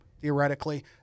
theoretically